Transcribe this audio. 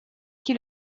qui